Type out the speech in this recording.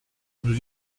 nous